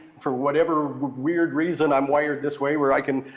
for whatever weird reason i'm wired this way where i can,